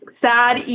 sad